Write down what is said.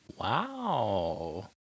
Wow